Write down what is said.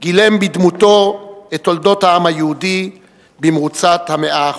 גילם בדמותו את תולדות העם היהודי במרוצת המאה החולפת.